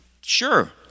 sure